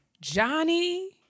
Johnny